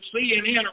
CNN